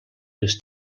les